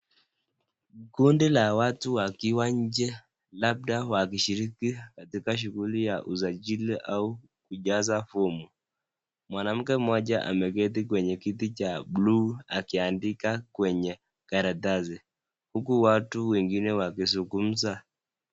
Kundi la watu wakiwa nje labda wakishiriki katika shughuli ya usajili au kujaza fomu. Mwanamke moja ameketi kwenye kiti cha buluu akiandika kwenye karatasi huku watu wengine wakizungumza.